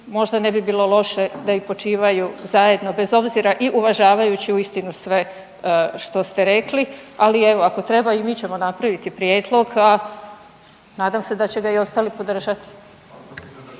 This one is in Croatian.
možda ne bi bilo loše da počivaju zajedno bez obzira i uvažavajući uistinu sve što ste rekli. Ali evo, ako treba i mi ćemo napraviti prijedlog a nadam se da će ga i ostali podržati.